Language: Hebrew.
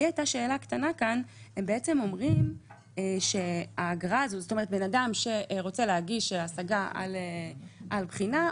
הם בעצם אומרים שאדם שרוצה להגיש השגה על בחינה,